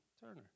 Turner